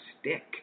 stick